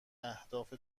اهداف